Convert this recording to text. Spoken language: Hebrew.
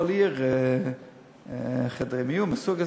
לכל עיר חדרי מיון, מהסוג הזה.